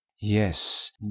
yes